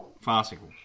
Farcical